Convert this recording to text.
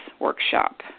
workshop